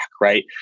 Right